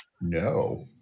No